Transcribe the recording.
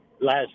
last